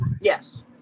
Yes